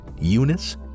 Eunice